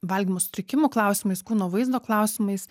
valgymo sutrikimų klausimais kūno vaizdo klausimais